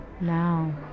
now